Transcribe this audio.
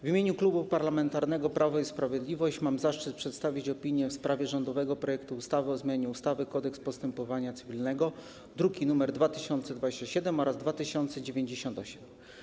W imieniu Klubu Parlamentarnego Prawo i Sprawiedliwość mam zaszczyt przedstawić opinię w sprawie rządowego projektu ustawy o zmianie ustawy - Kodeks postępowania cywilnego, druki nr 2027 oraz 2098.